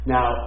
Now